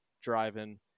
driving